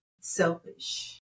selfish